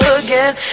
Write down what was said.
again